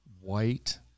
white